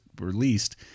released